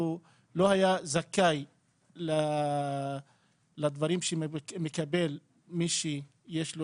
לא היה זכאי לדברים שמקבל מי שיש לו